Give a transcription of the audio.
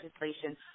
legislation